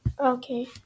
Okay